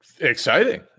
exciting